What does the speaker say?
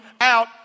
out